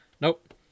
Nope